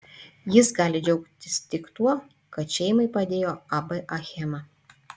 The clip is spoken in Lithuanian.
jis gali džiaugtis tik tuo kad šeimai padėjo ab achema